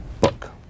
book